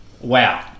Wow